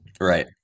Right